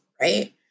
right